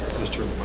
mr.